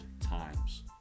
times